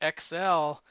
XL